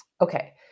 Okay